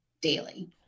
daily